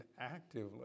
actively